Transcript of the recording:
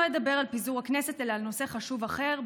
לא אדבר על פיזור הכנסת אלא על נושא חשוב אחר,